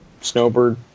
Snowbird